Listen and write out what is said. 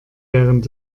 während